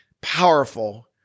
powerful